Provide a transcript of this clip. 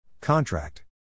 Contract